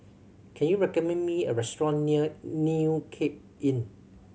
can you recommend me a restaurant near New Cape Inn